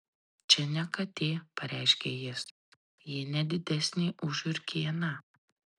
čia ne katė pareiškė jis ji ne didesnė už žiurkėną